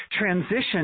transition